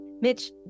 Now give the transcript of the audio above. Mitch